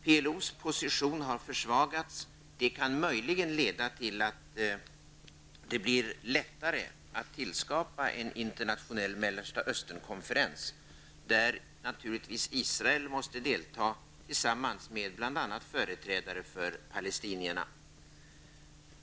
PLOs position har försvagats, och detta kan möjligen leda till att det blir lättare att upprätta en internationell Mellersta Östern-konferens, där naturligtvis Israel måste delta tillsammans med bl.a. företrädare för palestinierna.